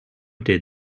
did